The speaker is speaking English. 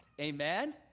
Amen